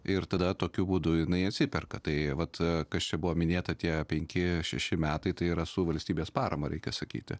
ir tada tokiu būdu jinai atsiperka tai vat kas čia buvo minėta tie penki šeši metai tai yra su valstybės parama reikia sakyti